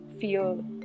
feel